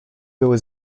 były